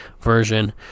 version